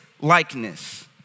likeness